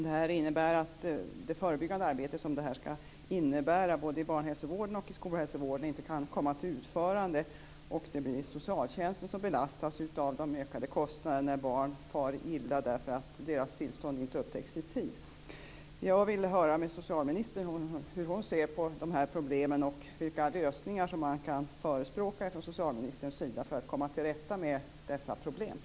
Det innebär att det förebyggande arbetet i barn och skolhälsovården inte kan utföras. Det blir socialtjänsten som belastas av ökade kostnader när barn far illa därför att deras tillstånd inte upptäckts i tid. Jag vill höra hur socialministern ser på de här problemen och vilka lösningar hon förespråkar för att man skall komma till rätta med problemen.